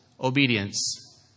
obedience